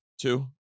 Two